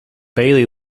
baillie